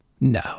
No